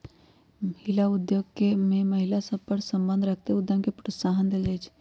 हिला उद्योग में महिला सभ सए संबंध रखैत उद्यम के प्रोत्साहन देल जाइ छइ